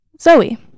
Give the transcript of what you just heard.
Zoe